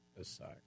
aside